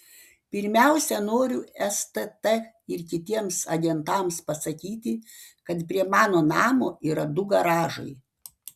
pirmiausia noriu stt ir kitiems agentams pasakyti kad prie mano namo yra du garažai